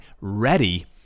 ready